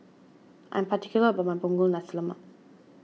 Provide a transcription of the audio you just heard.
I am particular about my Punggol Nasi Lemak